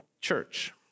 church